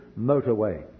motorway